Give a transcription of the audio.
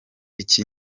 iki